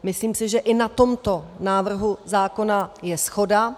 Myslím si, že i na tomto návrhu zákona je shoda.